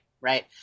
Right